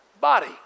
body